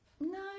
No